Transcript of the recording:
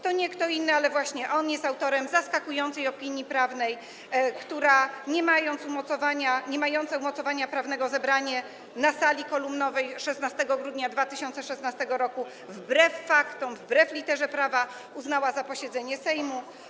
To nie kto inny, ale właśnie on jest autorem zaskakującej opinii prawnej, która niemające umocowania prawnego zebranie na sali kolumnowej 16 grudnia 2016 r. wbrew faktom, wbrew literze prawa uznała za posiedzenie Sejmu.